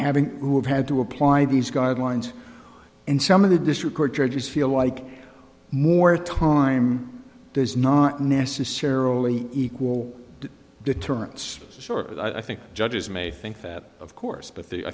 adding who have had to apply these guidelines and some of the district court judges feel like more time does not necessarily equal to determines the sort i think judges may think that of course but the i